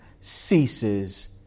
ceases